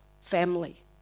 Family